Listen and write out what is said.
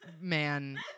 man